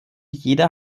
jeder